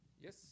Yes